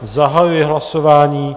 Zahajuji hlasování.